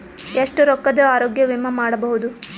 ಎಷ್ಟ ರೊಕ್ಕದ ಆರೋಗ್ಯ ವಿಮಾ ಮಾಡಬಹುದು?